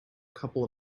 couple